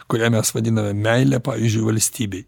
kurią mes vadiname meile pavyzdžiui valstybei